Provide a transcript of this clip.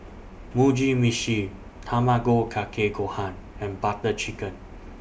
Mugi Meshi Tamago Kake Gohan and Butter Chicken